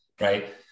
right